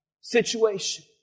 situation